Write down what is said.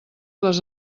les